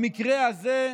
במקרה הזה,